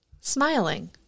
smiling